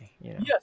Yes